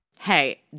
Hey